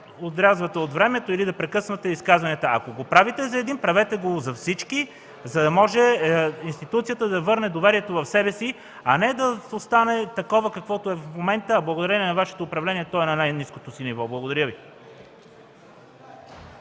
отрязвате от времето или да прекъсвате изказванията. Ако го правите за един, правете го за всички, за да може институцията да върне доверието в себе си, а не да остане такова, каквото е в момента, а благодарение на Вашето управление то е на най-ниското си ниво. Благодаря Ви.